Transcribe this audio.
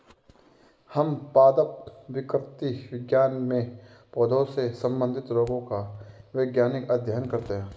हम पादप विकृति विज्ञान में पौधों से संबंधित रोगों का वैज्ञानिक अध्ययन करते हैं